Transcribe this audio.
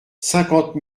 cinquante